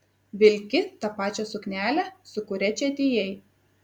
vilki tą pačią suknelę su kuria čia atėjai